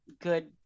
good